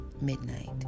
midnight